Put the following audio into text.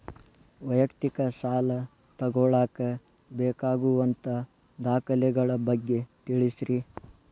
ವೈಯಕ್ತಿಕ ಸಾಲ ತಗೋಳಾಕ ಬೇಕಾಗುವಂಥ ದಾಖಲೆಗಳ ಬಗ್ಗೆ ತಿಳಸ್ರಿ